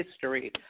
History